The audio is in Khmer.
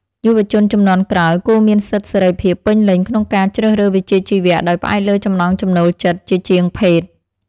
យុវជនជំនាន់ក្រោយគួរមានសិទ្ធិសេរីភាពពេញលេញក្នុងការជ្រើសរើសវិជ្ជាជីវៈដោយផ្អែកលើចំណង់ចំណូលចិត្តជាជាងភេទ។